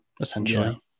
essentially